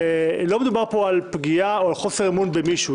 לא מדובר פה על פגיעה או בחוסר אמון במישהו.